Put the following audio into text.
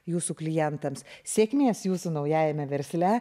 jūsų klientams sėkmės jūsų naujajame versle